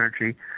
energy